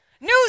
News